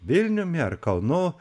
vilniumi ar kaunu